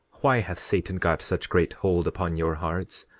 why hath satan got such great hold upon your hearts?